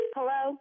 Hello